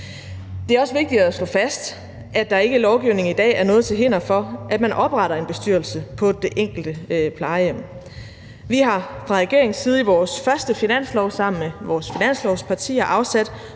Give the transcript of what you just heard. Det er også vigtigt at slå fast, at der ikke i lovgivningen i dag er noget til hinder for, at man opretter en bestyrelse på det enkelte plejehjem. Vi har fra regeringens side i vores første finanslov sammen med vores finanslovspartier afsat